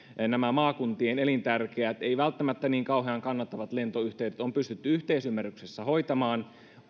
nämä maakuntien elintärkeät ei välttämättä niin kauhean kannattavat lentoyhteydet on pystytty yhteisymmärryksessä hoitamaan